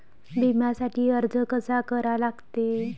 बिम्यासाठी अर्ज कसा करा लागते?